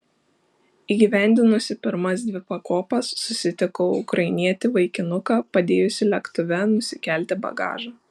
įgyvendinusi pirmas dvi pakopas susitikau ukrainietį vaikinuką padėjusį lėktuve nusikelti bagažą